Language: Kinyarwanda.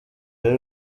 y’u